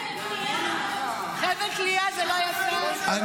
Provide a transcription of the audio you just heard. --- אני